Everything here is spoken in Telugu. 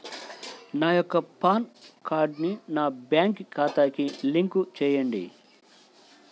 నా యొక్క పాన్ కార్డ్ని నా బ్యాంక్ ఖాతాకి లింక్ చెయ్యండి?